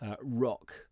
rock